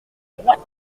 droite